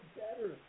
better